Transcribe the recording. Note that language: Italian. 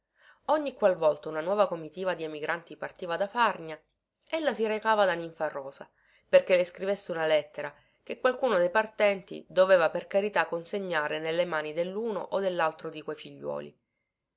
qual volta una nuova comitiva di emigranti partiva da farnia ella si recava da ninfarosa perché le scrivesse una lettera che qualcuno dei partenti doveva per carità consegnare nelle mani delluno o dellaltro di quei figliuoli